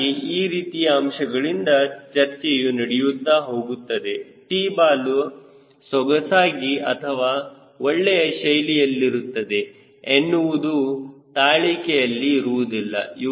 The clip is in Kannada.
ಹೀಗಾಗಿ ಈ ರೀತಿಯ ಅಂಶಗಳಿಂದ ಚರ್ಚೆಯು ನಡೆಯುತ್ತಾ ಹೋಗುತ್ತದೆ T ಬಾಲ ಸೊಗಸಾಗಿ ಅಥವಾ ಒಳ್ಳೆಯ ಶೈಲಿಯಲ್ಲಿರುತ್ತದೆ ಎನ್ನುವುದು ತಾಳಿಕೆಯಲ್ಲಿ ಇರುವುದಿಲ್ಲ